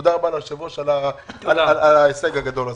תודה רבה ליושב ראש על ההישג הגדול הזה.